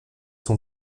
son